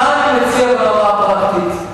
מה אני מציע ברמה הפרקטית?